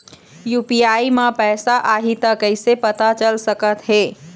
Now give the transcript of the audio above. UPI म पैसा आही त कइसे पता चल सकत हे?